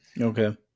okay